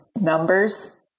numbers